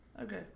Okay